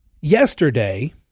Yesterday